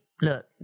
look